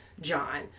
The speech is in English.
John